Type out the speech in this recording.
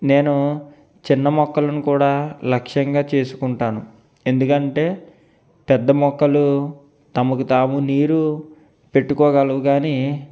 నేను చిన్న మొక్కలను కూడా లక్షంగా చేసుకుంటాను ఎందుకంటే పెద్ద మొక్కలు తమకు తాము నీరు పెట్టుకోగలవు కాని